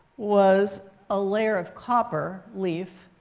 was a layer of copper leaf.